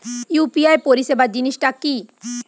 UPI পরিসেবা জিনিসটা কি?